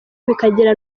bikagera